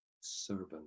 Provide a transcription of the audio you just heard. servant